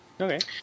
Okay